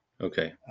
Okay